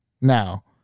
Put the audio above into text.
now